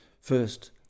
First